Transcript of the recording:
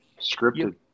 scripted